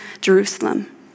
Jerusalem